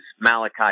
Malachi